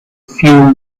few